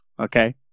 okay